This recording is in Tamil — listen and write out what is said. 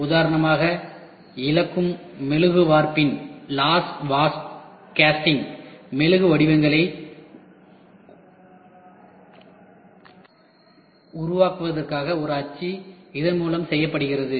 உதாரணமாக இழக்கும் மெழுகு வார்ப்பின் மெழுகு வடிவங்களை உருவாக்குவதற்கான ஒரு அச்சு இதன் மூலம் செய்யப்படுகிறது